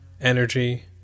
energy